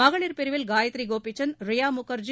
மகளிர் பிரிவில் காயத்ரி கோபிசந்த் ரியா முகர்ஜி